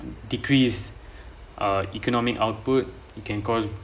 decreased uh economic output you can cause